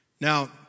Now